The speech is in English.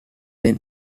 then